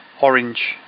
orange